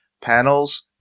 Panels